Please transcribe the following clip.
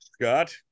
Scott